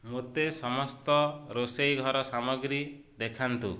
ମୋତେ ସମସ୍ତ ରୋଷେଇ ଘର ସାମଗ୍ରୀ ଦେଖାନ୍ତୁ